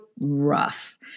rough